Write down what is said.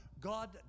God